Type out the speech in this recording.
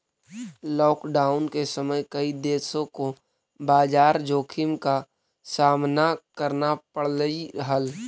lockdown के समय कई देशों को बाजार जोखिम का सामना करना पड़लई हल